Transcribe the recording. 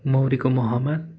मौरीको महमा